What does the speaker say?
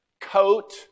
coat